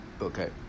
okay